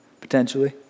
potentially